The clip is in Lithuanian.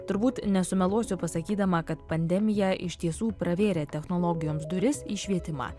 turbūt nesumeluosiu pasakydama kad pandemija iš tiesų pravėrė technologijoms duris į švietimą